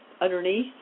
underneath